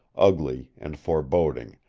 ugly and foreboding,